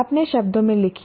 अपने शब्दों में लिखिए